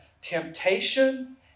Temptation